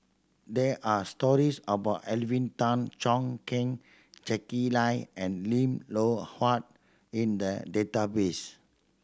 there are stories about Alvin Tan Cheong Kheng Jacky Lai and Lim Loh Huat in the database